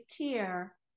care